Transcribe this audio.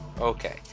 Okay